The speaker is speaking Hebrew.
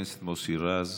חבר הכנסת מוסי רז.